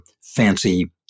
fancy